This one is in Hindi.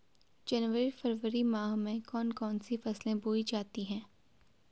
जनवरी फरवरी माह में कौन कौन सी फसलें बोई जाती हैं?